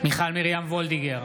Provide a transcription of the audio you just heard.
מיכל מרים וולדיגר,